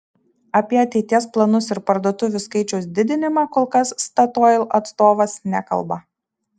apie ateities planus ir parduotuvių skaičiaus didinimą kol kas statoil atstovas nekalba